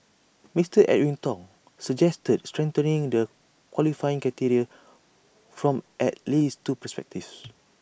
Mister Edwin Tong suggested strengthening the qualifying criteria from at least two perspectives